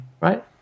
right